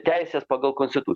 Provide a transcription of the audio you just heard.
teises pagal konstituc